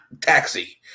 Taxi